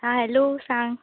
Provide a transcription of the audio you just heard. आं हॅलो सांग